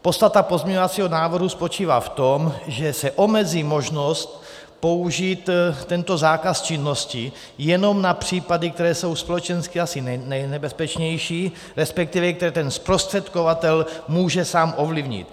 Podstata pozměňovacího návrhu spočívá v tom, že se omezí možnost použít tento zákaz činnosti jenom na případy, které jsou společensky asi nejnebezpečnější, respektive které ten zprostředkovatel může sám ovlivnit.